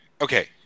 okay